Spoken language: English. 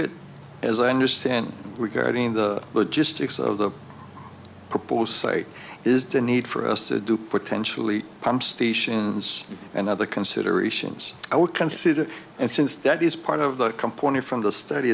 it as i understand regarding the logistics of the propose say is the need for us to do potentially pump stations and other considerations i would consider and since that is part of the company from the study